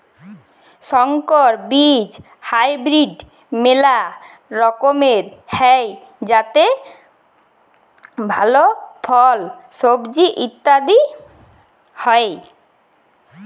সংকর বীজ হাইব্রিড মেলা রকমের হ্যয় যাতে ভাল ফল, সবজি ইত্যাদি হ্য়য়